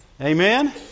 Amen